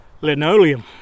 Linoleum